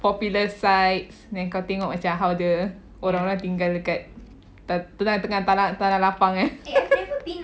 popular sites then kau tengok macam how the orang-orang tinggal dekat tu lah tanah lapang kan